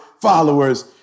followers